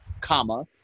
comma